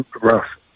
rough